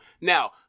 Now